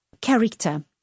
character